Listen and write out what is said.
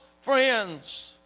friends